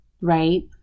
right